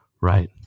Right